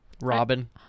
Robin